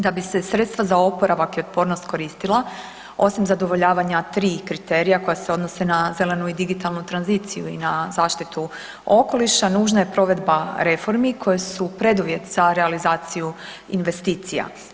Da bi se sredstva za oporavak i otpornost koristila, osim zadovoljavanja tri kriterija koja se odnose na zelenu i digitalnu tranziciju i na zaštitu okoliša, nužna je provedba reformi koje su preduvjet za realizaciju investicija.